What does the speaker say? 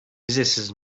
vizesiz